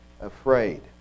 afraid